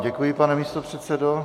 Děkuji vám, pane místopředsedo.